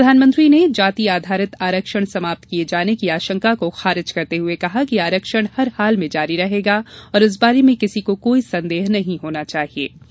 प्रधानमंत्री ने जाति आधारित आरक्षण समाप्त किये जाने की आशंका को खारिज करते हुए कहा कि आरक्षण हर हाल में जारी रहेगा और इस बारे में किसी को कोई संदेह नही होना चाहिये